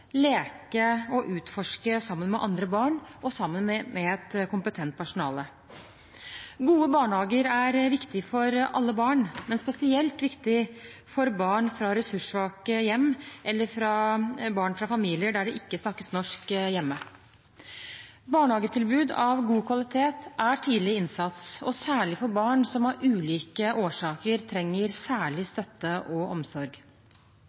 leke og utforske sammen med andre barn og sammen med et kompetent personale. Gode barnehager er viktig for alle barn, men spesielt viktig for barn fra ressurssvake hjem eller barn fra familier der det ikke snakkes norsk hjemme. Barnehagetilbud av god kvalitet er tidlig innsats, særlig for barn som av ulike årsaker trenger særlig støtte og omsorg.